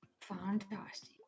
Fantastic